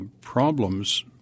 problems